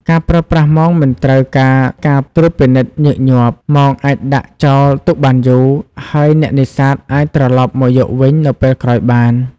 ការប្រើប្រាស់មងមិនត្រូវការការត្រួតពិនិត្យញឹកញាប់ មងអាចដាក់ចោលទុកបានយូរ ហើយអ្នកនេសាទអាចត្រឡប់មកយកវិញនៅពេលក្រោយបាន។